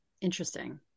Interesting